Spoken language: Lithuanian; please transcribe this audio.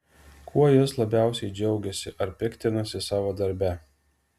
kuo jis labiausiai džiaugiasi ar piktinasi savo darbe